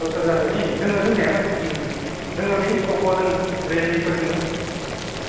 दस हाजारसोनि दङ दंनाया दङ बै पक' दङ रियेलमिफोर दङ